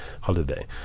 holiday